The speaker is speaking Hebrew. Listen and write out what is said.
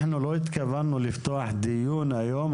אנחנו לא התכוונו לפתוח דיון היום,